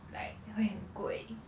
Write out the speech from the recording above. like 会很贵